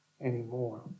anymore